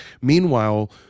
Meanwhile